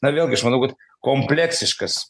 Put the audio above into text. na vėlgi aš manau kad kompleksiškas